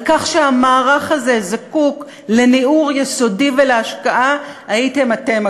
על כך שהמערך הזה זקוק לניעור יסודי ולהשקעה הייתם אתם,